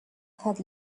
had